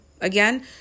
again